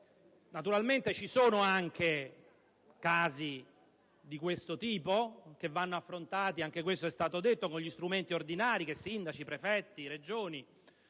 Naturalmente esistono anche casi di questo tipo, che vanno affrontati - anche questo è stato detto - con gli strumenti ordinari che sindaci, prefetti e Regioni